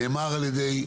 נאמר על ידי